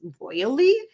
royally